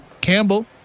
Campbell